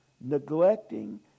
neglecting